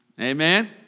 Amen